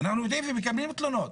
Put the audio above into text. אנחנו יודעים ומקבלים תלונות.